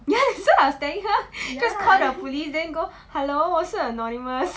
yes so I was like telling her just call the police then go hello 我是 anonymous